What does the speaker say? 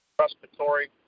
respiratory